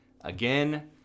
again